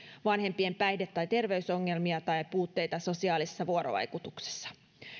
vanhempien päihde tai terveysongelmia tai puutteita sosiaalisessa vuorovaikutuksessa